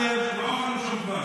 לא אכלנו שם דבש.